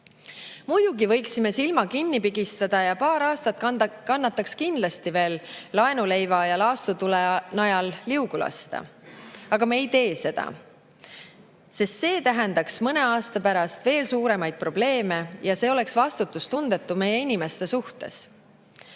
Muidugi võiksime silma kinni pigistada ja paar aastat kannataks kindlasti veel laenuleiva ja laastutule najal liugu lasta. Aga me ei tee seda. Sest see tähendaks mõne aasta pärast veel suuremaid probleeme ja see oleks vastutustundetu meie inimeste suhtes.